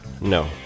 no